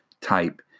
type